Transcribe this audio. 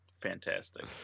Fantastic